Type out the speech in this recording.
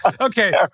Okay